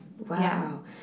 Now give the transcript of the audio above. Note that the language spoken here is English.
Wow